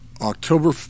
October